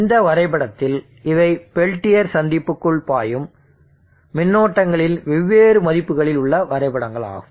இந்த வரைபடத்தில் இவை பெல்டியர் சந்திப்புக்குள் பாயும் மின்னோட்டங்களின் வெவ்வேறு மதிப்புகளில் உள்ள வரைபடங்கள் ஆகும்